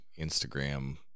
Instagram